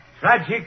...tragic